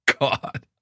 God